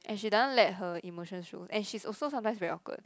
and she doesn't let her emotions show and she's also sometimes very awkward